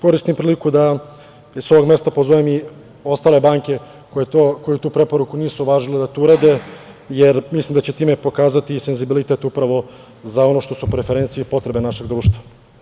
Koristim priliku da sa ovog mesta pozovem i ostale banke koje tu preporuku nisu uvažile da to urade, jer mislim da će time pokazati senzibilitet upravo za ono što su preferencije i potrebe našeg društva.